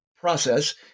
Process